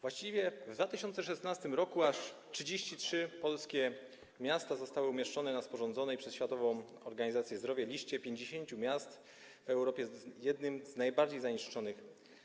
Właściwie w 2016 r. aż 33 polskie miasta zostały umieszczone na sporządzonej przez Światową Organizację Zdrowia liście 50 miast w Europie - jednych z najbardziej zanieczyszczonym